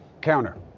counter